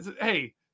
hey